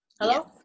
Hello